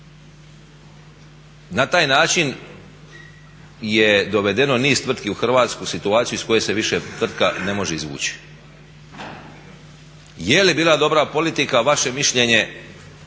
Na taj način je dovedeno niz tvrtki u hrvatsku situaciju iz koje se više tvrtka ne može izvući. Je li bila dobra politika vaše mišljenje